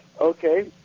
okay